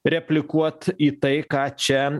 replikuot į tai ką čia